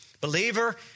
Believer